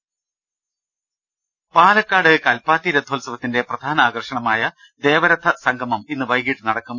രദ്ദേഷ്ടങ പാലക്കാട് കൽപ്പാത്തി രഥോത്സവത്തിന്റെ പ്രധാന ആകർഷണമായ ദേവരഥ സംഗമം ഇന്ന് വൈകീട്ട് നടക്കും